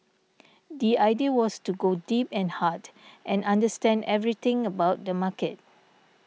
the idea was to go deep and hard and understand everything about the market